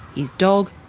his dog,